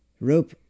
rope